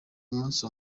umunsi